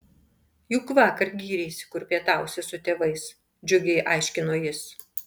juk vakar gyreisi kur pietausi su tėvais džiugiai aiškino jis